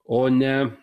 o ne